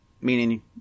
meaning